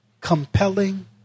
compelling